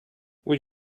would